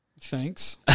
thanks